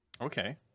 okay